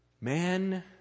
man